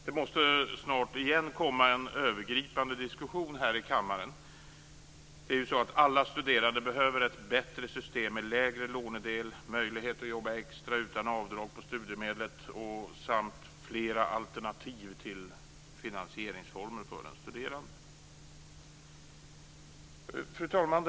Det måste snart igen komma en övergripande diskussion här i kammaren. Alla studerande behöver ett bättre system med lägre lånedel, möjlighet att jobba extra utan avdrag på studiemedlet samt fler alternativ till finansieringsformer för den studerande. Fru talman!